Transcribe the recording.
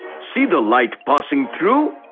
see the light passing through?